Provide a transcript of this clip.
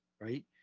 Right